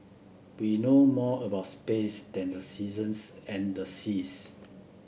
we know more about space than the seasons and the seas